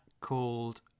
called